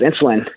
insulin